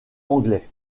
anglais